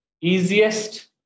easiest